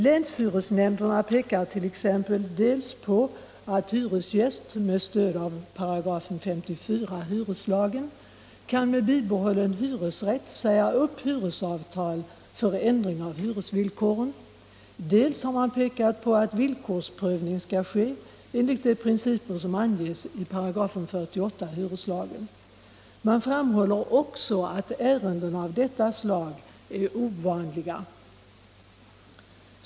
Länshyresnämnderna pekar t.ex. dels på att hyresgäst med stöd av 54 § hyreslagen kan med bibehållen hyresrätt säga upp hyresavtal för ändring av hyresvillkoren, dels på att villkorsprövning skall ske enligt de principer som anges i 48 § hyreslagen. Man framhåller också att ärenden av detta slag är ovanliga.